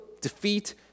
defeat